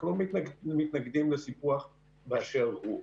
אנחנו לא מתנגדים לסיפוח באשר הוא.